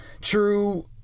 true